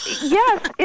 Yes